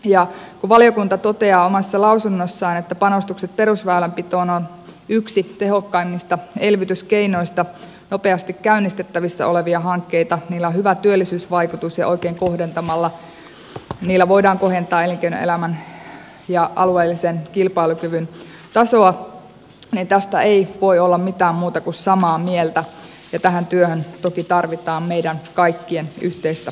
kun valiokunta toteaa omassa lausunnossaan että panostukset perusväylänpitoon ovat yksi tehokkaimmista elvytyskeinoista nopeasti käynnistettävissä olevia hankkeita niillä on hyvä työllisyysvaikutus ja oikein kohdentamalla niillä voidaan kohentaa elinkeinoelämän ja alueellisen kilpailukyvyn tasoa niin tästä ei voi olla mitään muuta kuin samaa mieltä ja tähän työhön toki tarvitaan meidän kaikkien yhteistä panostusta